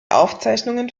aufzeichnungen